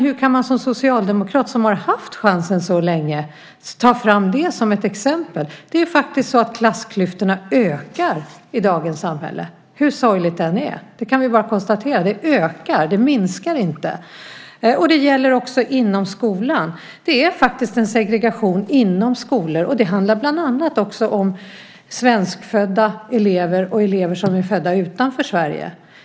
Hur kan man som socialdemokrat, som så länge haft chansen, ta fram det som exempel? Klassklyftorna ökar i dagens samhälle, hur sorgligt det än är. Vi kan konstatera att de ökar, inte minskar. Det gäller även inom skolan. Det finns en segregation inom skolorna som bland annat handlar om svenskfödda elever och elever födda utanför Sverige.